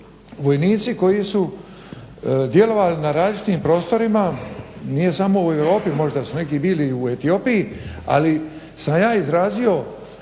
vojnici koji su djelovali na različitim prostorima, nije samo u Europi, možda su neki bili i u Etiopiji. Ali sam ja izrazio